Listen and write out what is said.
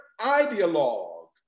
ideologue